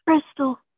Crystal